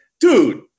Dude